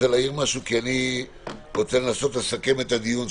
אני רוצה לסכם את הדיון.